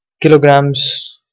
kilograms